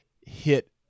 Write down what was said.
hit